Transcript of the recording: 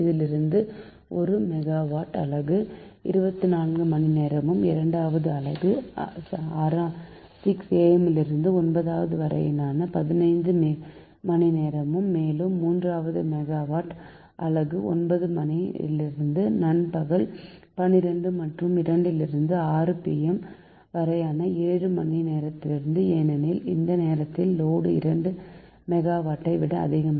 இதிலிருந்து ஒரு 1 மெகாவாட் அலகு 24 மணிநேரமும் இரண்டாவது அலகு 6 am லிருந்து 9 pm வரையான 15 மணிநேரமும் மேலும் மூன்றாவது 1 மெகாவாட் அலகு 9 am லிருந்து நண்பகல் 12 மற்றும் 2 pm லிருந்து 6 pm வரையான 7 மணிநேரத்திற்கும் ஏனெனில் இந்த நேரத்தில் லோடு 2 மெகாவாட் ஐ விட அதிகம்